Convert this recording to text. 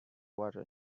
water